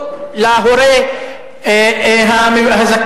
או להורה הזקן,